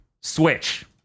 Switch